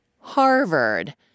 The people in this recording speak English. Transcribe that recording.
Harvard